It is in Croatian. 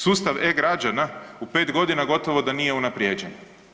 Sustav e-Građana u pet godina gotovo da nije unaprijeđen.